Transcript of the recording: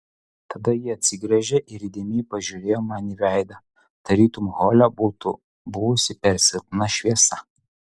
tada ji atsigręžė ir įdėmiai pažiūrėjo man į veidą tarytum hole būtų buvusi per silpna šviesa